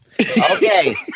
Okay